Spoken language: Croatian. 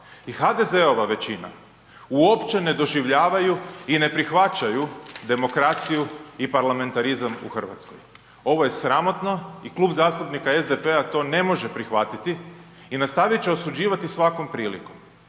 i HDZ-ova većina uopće ne doživljavaju i ne prihvaćaju demokraciju i parlamentarizam u Hrvatskoj. Ovo je sramotno i Klub zastupnika SDP-a to ne može prihvatiti i nastavit će osuđivati svakom prilikom.